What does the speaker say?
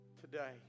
Today